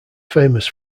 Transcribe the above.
famous